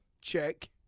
check